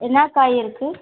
என்ன காய் இருக்குது